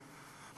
השנאה,